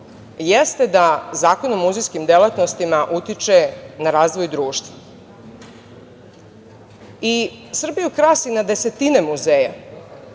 jeste da Zakon o muzejskim delatnostima utiče na razvoj društva. Srbiju krasi na desetine muzeja,